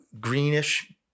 greenish